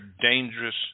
dangerous